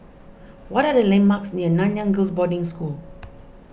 what are the landmarks near Nanyang Girls' Boarding School